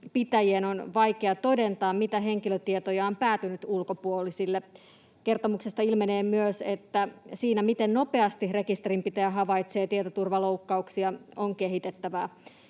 on vaikea todentaa, mitä henkilötietoja on päätynyt ulkopuolisille. Kertomuksesta ilmenee myös, että siinä, miten nopeasti rekisterinpitäjä havaitsee tietoturvaloukkauksia, on kehitettävää.